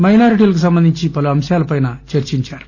మైనార్టీలకు సంబంధించి పలు అంశాలపైన చర్సించారు